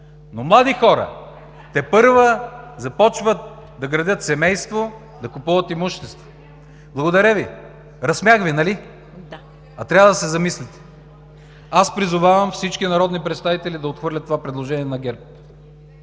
Но младите хора тепърва започват да градят семейство, да купуват имущество. Благодаря Ви. (Шум и реплики.) Разсмях Ви, нали? А трябва да се замислите. Аз призовавам всички народни представители да отхвърлят това предложение на ГЕРБ.